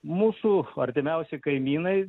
mūsų artimiausi kaimynai